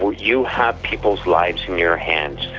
you have people's lives in your hands,